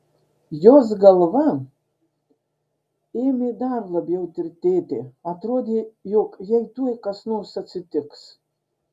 jos galva ėmė dar labiau tirtėti atrodė jog jai tuoj kas nors atsitiks